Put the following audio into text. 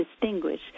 distinguish